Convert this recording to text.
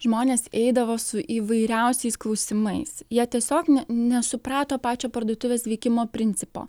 žmonės eidavo su įvairiausiais klausimais jie tiesiog ne nesuprato pačio parduotuvės veikimo principo